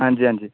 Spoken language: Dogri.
हांजी हांजी